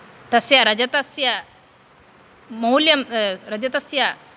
तस्य रजतस्य मौल्यं रजतस्य